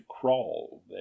crawl